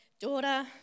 Daughter